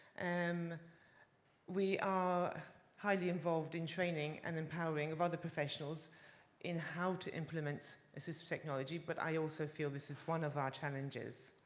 and we are highly involved in training, and empowering of other professionals in how to implement assistive technology, but i also feel this is one of our challenges.